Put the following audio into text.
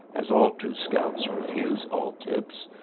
as all true scouts refuse all tips,